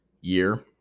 year